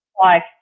life